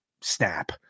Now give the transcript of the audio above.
snap